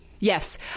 Yes